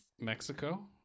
Mexico